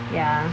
ya